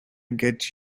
get